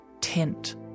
tint